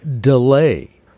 delay